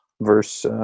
verse